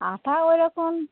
আটা ওই রকম